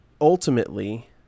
ultimately